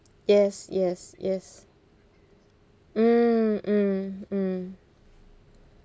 yes yes yes mm mm mm